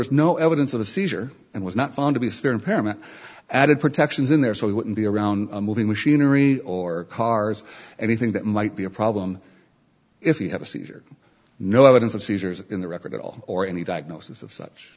was no evidence of a seizure and was not found to be severe impairment added protections in there so he wouldn't be around moving machinery or cars anything that might be a problem if he had a seizure no evidence of seizures in the record at all or any diagnosis of such